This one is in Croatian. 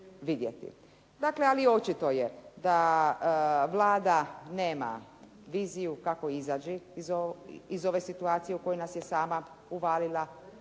Dakle očito je da Vlada nema viziju kako izaći iz ove situacije u koju nas je sama uvalila,